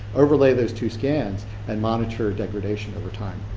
overlay those two scans and monitor degradation over time.